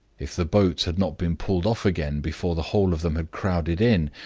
if the boat had not been pulled off again before the whole of them had crowded in,